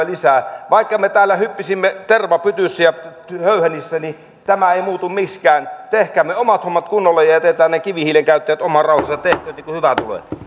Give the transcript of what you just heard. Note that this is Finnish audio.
lisää vaikka me me täällä hyppisimme tervapytyssä ja höyhenissä niin tämä ei muutu miksikään tehkäämme omat hommat kunnolla ja jätetään ne kivihiilen käyttäjät omaan rauhaansa ja tehkööt niin kuin hyvä